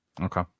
okay